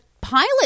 pilot